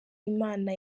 imana